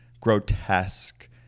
grotesque